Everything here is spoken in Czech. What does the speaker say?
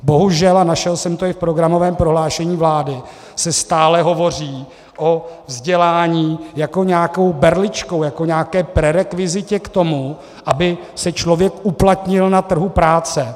Bohužel, a našel jsem to i v programovém prohlášení vlády, se stále hovoří o vzdělání jako nějaké berličce, jako nějaké prerekvizitě k tomu, aby se člověk uplatnil na trhu práce.